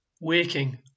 waking